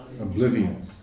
oblivion